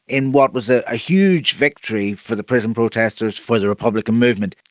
in what was a ah huge victory for the prison protesters for the republican movement.